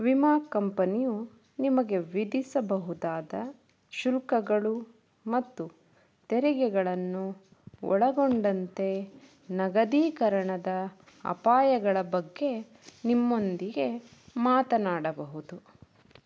ವಿಮಾ ಕಂಪನಿಯು ನಿಮಗೆ ವಿಧಿಸಬಹುದಾದ ಶುಲ್ಕಗಳು ಮತ್ತು ತೆರಿಗೆಗಳನ್ನು ಒಳಗೊಂಡಂತೆ ನಗದೀಕರಣದ ಅಪಾಯಗಳ ಬಗ್ಗೆ ನಿಮ್ಮೊಂದಿಗೆ ಮಾತನಾಡಬಹುದು